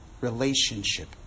relationship